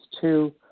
two